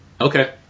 Okay